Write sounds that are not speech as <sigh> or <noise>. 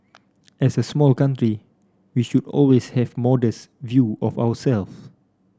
as a small country we should always have modest view of <unintelligible>